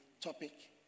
topic